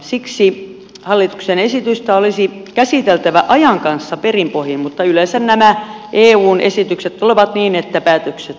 siksi hallituksen esitystä olisi käsiteltävä ajan kanssa perin pohjin mutta yleensä nämä eun esitykset tulevat niin että päätökset on jo tehty